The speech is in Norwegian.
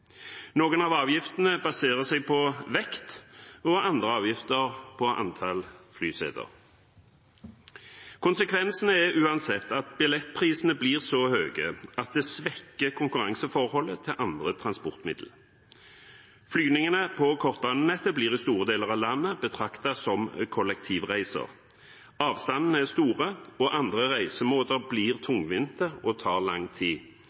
Noen av avgiftene baserer seg på vekt og andre avgifter på antall flyseter. Konsekvensene er uansett at billettprisene blir så høye at det svekker konkurranseforholdet til andre transportmidler. Flygningene på kortbanenettet blir i store deler av landet betraktet som kollektivreiser. Avstandene er store, og andre reisemåter blir tungvinte og tar lang tid.